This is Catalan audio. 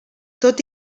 tot